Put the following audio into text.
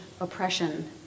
oppression